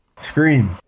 Scream